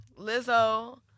Lizzo